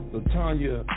LaTanya